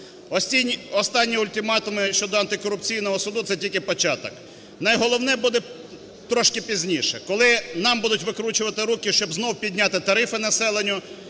Останні ультиматуми щодо антикорупційного суду – це тільки початок. Найголовне буде трошки пізніше, коли нам будуть викручувати руки, щоб знов підняти тарифи населенню,